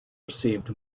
received